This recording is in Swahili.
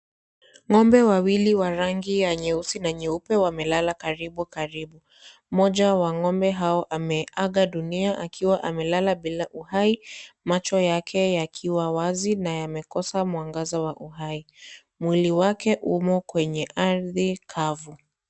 Ng'ombe wawili wa rangi ya nyeusi na nyeupe wamelala karibu karibu, mmoja wa ng'ombe hao ameaga dunia akiwa amelala bila uhai macho yake yakiwa wazi na yamekosa mwangaza wa uhai, mwili wake umo kwenye ardhi kavu.